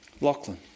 Lachlan